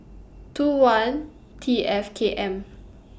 two one T F K M